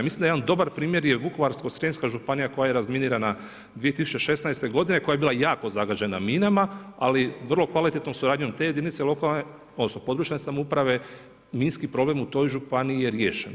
Mislim da jedan dobar primjer je Vukovarsko-srijemska županija koja je razminirana 2016. godine koja je bila jako zagađena minama, ali vrlo kvalitetnom suradnjom te jedinice lokalne odnosno područne samouprave minski problem u toj županije je riješen.